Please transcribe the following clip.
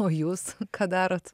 o jūs ką darot